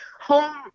home